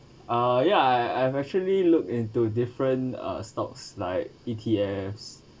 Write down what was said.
uh ya I've actually look into different uh stocks like E_T_Fs